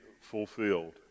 fulfilled